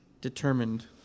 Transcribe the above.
determined